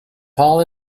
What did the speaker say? paul